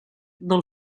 del